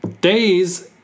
days